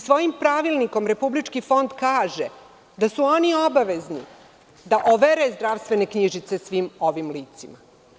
Svojim pravilnikom Republički fond kaže da su oni obavezni da overe zdravstvene knjižice svim ovim licima.